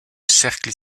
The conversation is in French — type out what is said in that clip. cercle